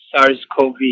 SARS-CoV